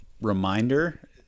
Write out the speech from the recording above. reminder